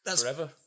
forever